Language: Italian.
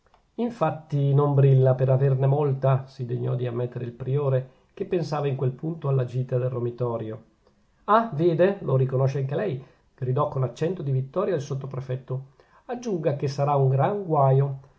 infatti non brilla per averne molta si degnò di ammettere il priore che pensava in quel punto alla gita del romitorio ah vede lo riconosce anche lei gridò con accento di vittoria il sottoprefetto aggiunga che sarà un gran guaio